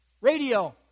radio